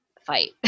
fight